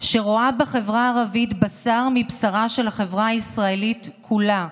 שרואה בחברה הערבית בשר מבשרה של החברה הישראלית כולה,